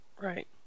Right